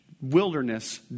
wilderness